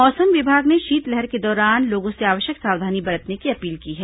मौसम विभाग ने शीतलहर के दौरान लोगों से आवश्यक सावधानी बरतने की अपील की है